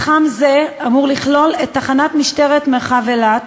מתחם זה אמור לכלול את תחנת משטרת מרחב אילת,